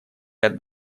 ряд